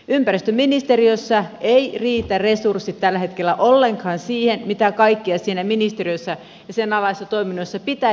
ympäristöministeriössä eivät riitä resurssit tällä hetkellä ollenkaan siihen mitä kaikkea siinä ministeriössä ja sen alaisissa toiminnoissa pitäisi tehdä